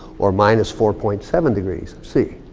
or minus four point seven degrees c.